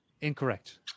Incorrect